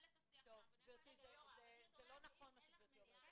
זה לא נכון מה שגבירתי אומרת.